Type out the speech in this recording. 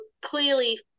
clearly